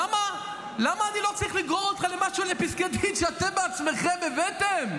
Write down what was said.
למה אני לא צריך לגרור אותך לפסקי דין שאתם בעצמכם הבאתם?